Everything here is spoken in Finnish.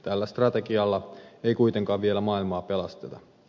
tällä strategialla ei kuitenkaan vielä maailmaa pelasteta